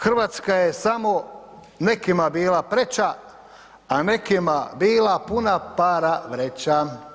Hrvatska je samo nekima bila preča, a nekima bila puna para vreća.